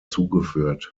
zugeführt